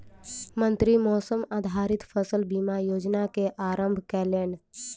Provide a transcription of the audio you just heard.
मंत्री मौसम आधारित फसल बीमा योजना के आरम्भ केलैन